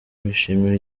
bishimira